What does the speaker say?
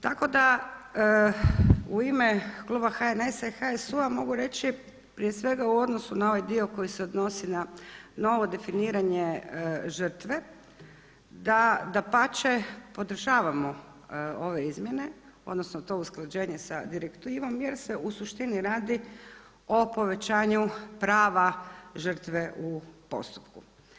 Tako da u ime kluba HNS-a i HSU-a mogu reći prije svega u odnosu na ovaj dio koji se odnosi na novo definiranje žrtve da dapače podržavamo ove izmjene, odnosno to usklađenje sa direktivom jer se u suštini radi o povećanju prava žrtve u postupku.